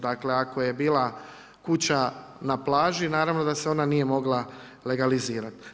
Dakle, ako je bila kuća na plaži, naravno da se ona nije mogla legalizirati.